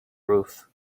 roof